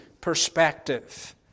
perspective